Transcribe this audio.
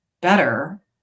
better